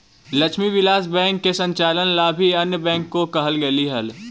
Lakshmi Vilas bank के संचालन ला भी अन्य बैंक को कहल गेलइ हल